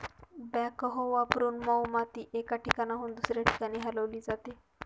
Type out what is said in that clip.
backhoe वापरून मऊ माती एका ठिकाणाहून दुसऱ्या ठिकाणी हलवली जाते